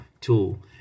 tool